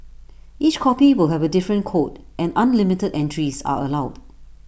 each copy will have A different code and unlimited entries are allowed